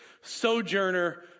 sojourner